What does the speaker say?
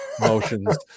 motions